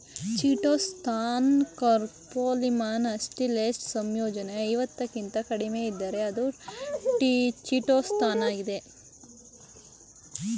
chitosan ಕೋಪೋಲಿಮರ್ನ acetylised ಸಂಯೋಜನೆ ಐವತ್ತಕ್ಕಿಂತ ಕಡಿಮೆಯಿದ್ದರೆ ಅದು ಚಿಟೋಸಾನಾಗಿದೆ